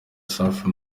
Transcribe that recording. safi